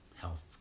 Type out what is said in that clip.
health